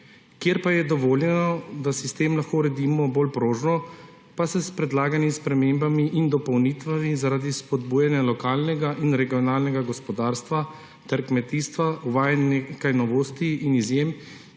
Kjer pa je dovoljeno, da sistem lahko uredimo bolj prožno, se s predlaganimi spremembami in dopolnitvami zaradi spodbujanja lokalnega in regionalnega gospodarstva ter kmetijstva uvaja nekaj novosti in izjem,